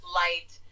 light